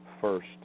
first